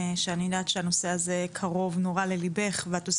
שאני יודעת שהנושא הזה קרוב מאוד לליבך ואת עושה